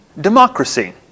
democracy